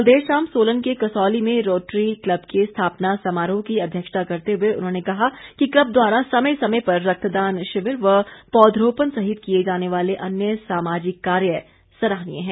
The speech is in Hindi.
कल देर शाम सोलन के कसौली में रोटरी क्लब के स्थापना समारोह की अध्यक्षता करते हुए उन्होंने कहा कि क्लब द्वारा समय समय पर रक्तदान शिविर व पौधरोपण सहित किए जाने वाले अन्य सामाजिक कार्य सराहनीय है